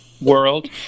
world